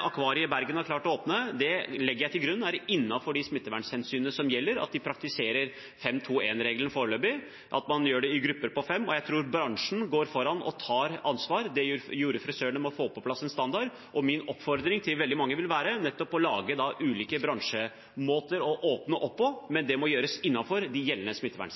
Akvariet i Bergen har klart å åpne, legger jeg til grunn er innenfor de smittevernhensyn som gjelder, at de praktiserer fem–to–en-regelen foreløpig, og at man gjør det i grupper på fem. Jeg tror bransjen går foran og tar ansvar. Det gjorde frisørene med å få på plass en standard. Min oppfordring til veldig mange vil være å lage ulike bransjemåter å åpne opp på, men det må gjøres innenfor gjeldende